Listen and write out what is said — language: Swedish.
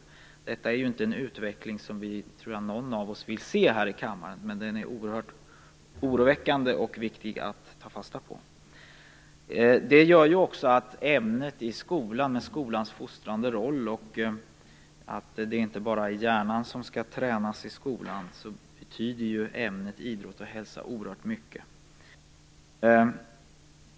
Jag tror inte att detta är en utveckling som någon av oss här i kammaren vill se. Men den är oroväckande och viktig att ta fasta på. Med tanke på skolans fostrande roll och att det inte bara är hjärnan som skall tränas i skolan betyder ämnet idrott och hälsa oerhört mycket.